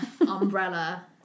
umbrella